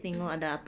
mm